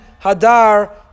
hadar